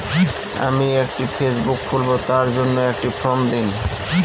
আমি একটি ফেসবুক খুলব তার জন্য একটি ফ্রম দিন?